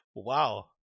Wow